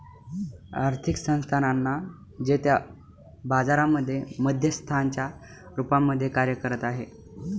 आर्थिक संस्थानांना जे त्या बाजारांमध्ये मध्यस्थांच्या रूपामध्ये कार्य करत आहे